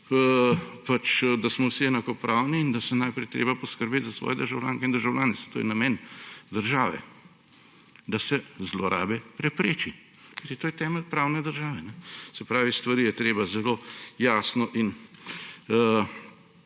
da smo vsi enakopravni in da je najprej treba poskrbeti za svoje državljanke in državljane. Saj to je namen države, da se zlorabe prepreči, kajti to je temelj pravne države. Stvari je treba zelo jasno in